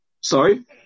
Sorry